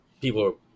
people